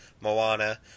Moana